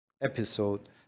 episode